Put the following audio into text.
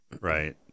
Right